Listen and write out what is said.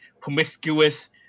promiscuous